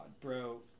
Bro